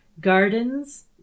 Gardens